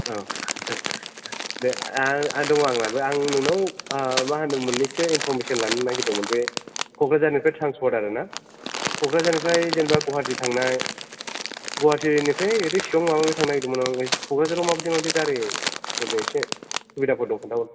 औ दे आं दङ आंनाबो आं नोंनाव मा होनो मोननैसो इन्फर्मेसन लानो नागिरदोंमोन बे क'क्राझारनिफ्राय ट्रेन्सपर्ट आरोना क'क्राझारनिफ्राय जेनेबा गुवाहाटि थांनाय गुवाहाटिनिफ्राय ओरै शिलं माबा माबि थांनो नागिरदोंमोन आं क'क्राझाराव माबादि माबादि गारि फोरनि एसे सुबिदाफोर दं खिनथाहर